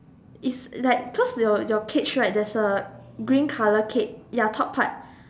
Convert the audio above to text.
is like cause your your cage right there's a green colour cage ya top part